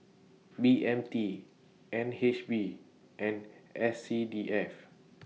B M T N H B and S C D F